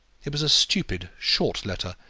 it was a stupid, short letter,